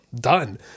done